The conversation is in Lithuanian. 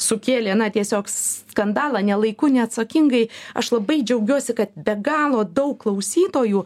sukėlė na tiesiog skandalą ne laiku neatsakingai aš labai džiaugiuosi kad be galo daug klausytojų